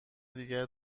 دیگر